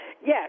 Yes